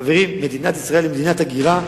חברים, מדינת ישראל היא מדינת הגירה